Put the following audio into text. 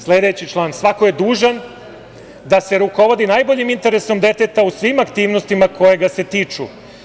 Sledeći član – svako je dužan da se rukovodi najboljim interesom deteta u svim aktivnostima koje ga se tiču.